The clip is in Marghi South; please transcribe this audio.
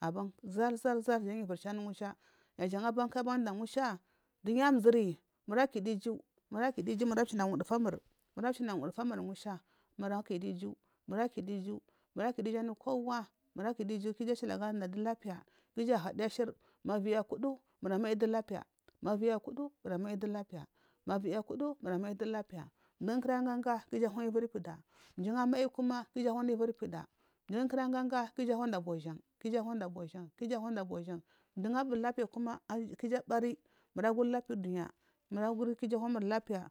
aban zarzar jan giyu ivuri chanamusha ya jan abanku abadam musha dunya ku murakidu iju mura kidu iju mura mchina wadufamur mura mchina wudutamur musha mura akidu iju mura kidu iju mura kida iju anu kowa mura kidu iju ki iju ashili agada lapiya ku iju ahuduri ashir ma viyi akuda kumur amadu lapiya maviyi akudu muramai du lapiya ma viyi kutu mur mayi du lapiya mdupu kuraganga ku iju ahuwayi ivin pida mchigu mal kuma ku iju ahuwa iviri pida mjirkuraganga ku iju ahuwanda bwashan ku iju huwanda bushan ki iju ahuwanda boshan mdugu abu lapiya kuma ku iju abani kuja guri lapiya udunya mura guri ku iju awamur lapiya.